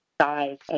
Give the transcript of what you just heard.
size